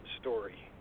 story